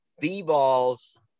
B-Balls